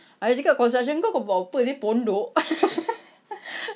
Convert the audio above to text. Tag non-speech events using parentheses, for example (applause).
adik cakap construction kau kau buat apa seh pondok (laughs)